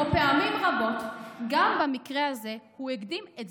העיוות הזה לא קרה יש מאין.